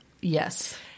Yes